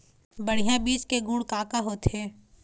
बढ़िया बीज के गुण का का होथे?